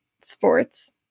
sports